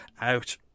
out